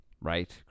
right